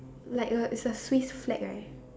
like a it's a swiss flag right